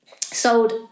Sold